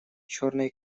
черной